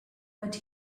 but